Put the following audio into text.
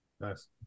Nice